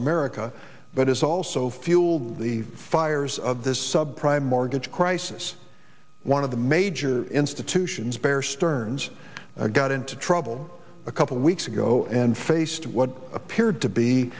america but it's also fueled the fires of this sub prime mortgage crisis one of the major institutions bear stearns got into trouble a couple of weeks ago and faced what appeared to be